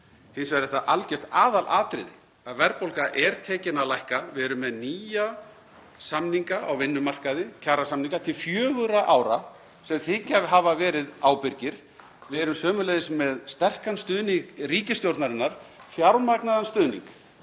Hins vegar er það algjört aðalatriði að verðbólga er tekin að lækka. Við erum með nýja samninga á vinnumarkaði, kjarasamninga til fjögurra ára sem þykja ábyrgir. Við erum sömuleiðis með sterkan stuðning ríkisstjórnarinnar, fjármagnaðan stuðning